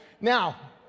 Now